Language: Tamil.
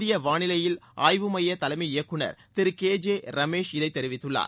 இந்திய வானிலையல் ஆய்வு எமய தலைமை இயக்குநர் திரு கே ஜே ரமேஷ் இதைத் தெரிவித்துள்ளார்